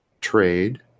trade